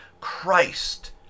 Christ